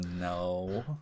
no